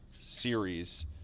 series